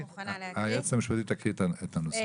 היועצת המשפטית תקריא את הנוסח.